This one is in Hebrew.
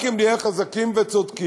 רק אם נהיה חזקים וצודקים